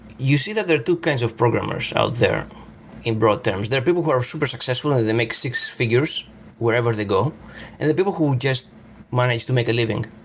you see that there are two kinds of programmers out there in broad terms. there are people who are super successful and they make six-figures wherever they go and the people who manage to make a living.